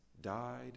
died